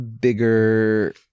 bigger